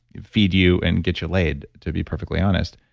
feed you, and get you laid, to be perfectly honest